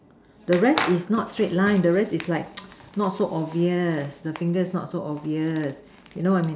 the rest is not straight line the rest is like not so obvious the fingers is not so obvious you know I mean